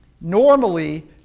Normally